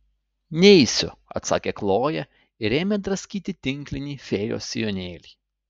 neisiu atsakė kloja ir ėmė draskyti tinklinį fėjos sijonėlį